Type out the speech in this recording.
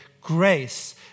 grace